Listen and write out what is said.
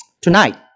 Tonight